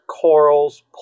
corals